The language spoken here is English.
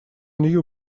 new